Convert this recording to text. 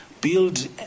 build